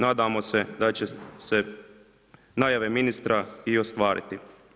Nadamo se da će se najave ministra i ostvariti.